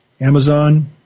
Amazon